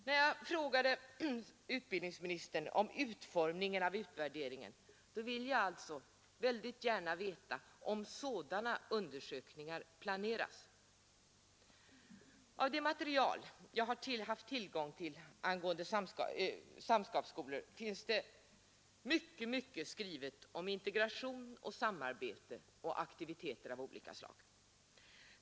När jag frågade utbildningsministern om utformningen av utvärderingen, så ville jag också väldigt gärna veta, om sådana undersökningar planeras. Av det material jag haft tillgång till angående samskapsskolor finns det mycket skrivet om integration och samarbete och aktiviteter av olika slag.